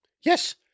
Yes